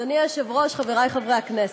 אדוני היושב-ראש, חברי חברי הכנסת,